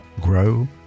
grow